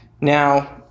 Now